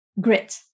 Grit